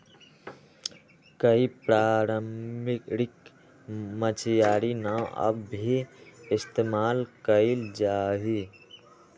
कई पारम्परिक मछियारी नाव अब भी इस्तेमाल कइल जाहई